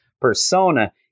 persona